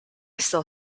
still